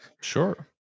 Sure